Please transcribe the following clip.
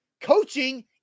Coaching